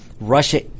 Russia